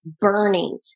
burning